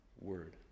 word